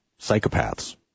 psychopaths